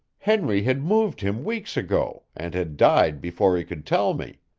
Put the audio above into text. henry had moved him weeks ago, and had died before he could tell me.